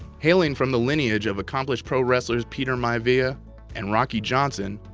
hailing from the lineage of accomplished pro-wrestlers peter maivia and rocky johnson,